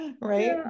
Right